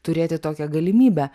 turėti tokią galimybę